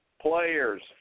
players